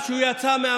יהיו,